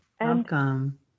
Welcome